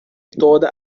toda